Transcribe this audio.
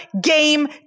game